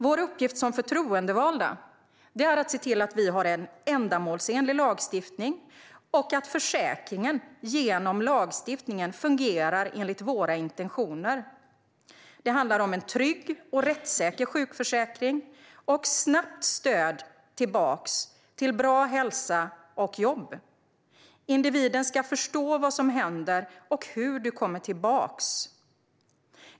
Vår uppgift som förtroendevalda är att se till att vi har en ändamålsenlig lagstiftning och att försäkringen genom lagstiftningen fungerar enligt våra intentioner. Det handlar om en trygg och rättssäker sjukförsäkring och snabbt stöd tillbaka till bra hälsa och jobb. Individen ska förstå vad som händer och hur man kommer tillbaka.